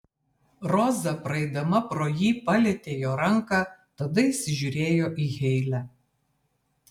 roza praeidama pro jį palietė jo ranką tada įsižiūrėjo į heile